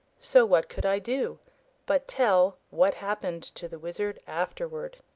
so what could i do but tell what happened to the wizard afterward?